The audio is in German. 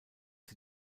sie